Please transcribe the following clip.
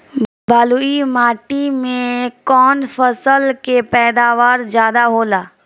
बालुई माटी में कौन फसल के पैदावार ज्यादा होला?